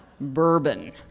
bourbon